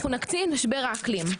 אנחנו נקטין את משבר האקלים.